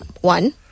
one